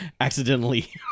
Accidentally